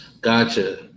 gotcha